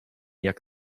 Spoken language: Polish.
jak